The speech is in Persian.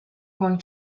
کنگ